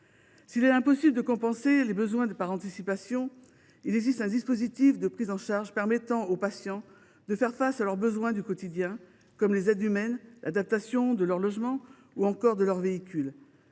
S’il est impossible de compenser les besoins par anticipation, il existe un dispositif de prise en charge permettant aux patients de faire face à leurs besoins du quotidien ; je pense par exemple aux aides humaines, ainsi qu’à l’adaptation de leur logement ou de leur véhicule.